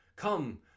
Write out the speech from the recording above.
come